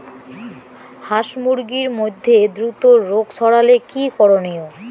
হাস মুরগির মধ্যে দ্রুত রোগ ছড়ালে কি করণীয়?